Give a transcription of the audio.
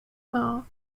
marr